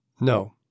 No